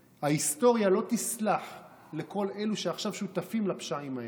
ההיסטוריה לא תסלח לכל אלו שעכשיו שותפים לפשעים האלה.